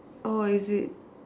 oh is it